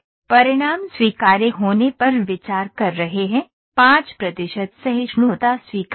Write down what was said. परिणाम स्वीकार्य होने पर विचार कर रहे हैं 5 प्रतिशत सहिष्णुता स्वीकार्य है